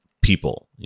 people